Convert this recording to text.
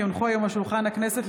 כי הונחו היום על שולחן הכנסת,